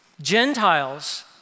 Gentiles